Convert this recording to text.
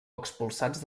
expulsats